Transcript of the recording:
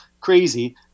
crazy